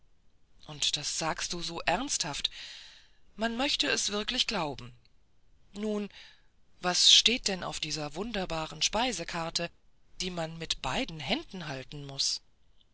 und das sagst du so ernsthaft man möchte es wirklich glauben nun was steht denn auf dieser wunderbaren speisekarte die man mit beiden händen halten muß